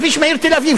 שבכביש מהיר תל-אביב,